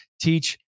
teach